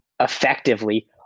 effectively